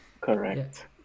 Correct